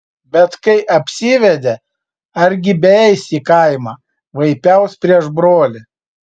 bet kai apsivedė argi beeis į kaimą vaipiaus prieš brolį